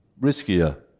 riskier